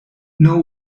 know